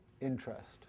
interest